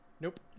Nope